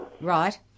Right